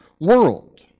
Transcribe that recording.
world